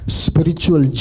spiritual